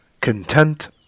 content